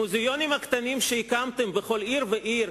המוזיאונים הקטנים שהקמתם בכל עיר ועיר,